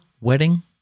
wedding